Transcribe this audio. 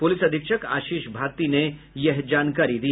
police अधीक्षक आशीष भारती ने ये जानकारी दी